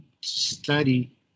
study